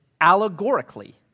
allegorically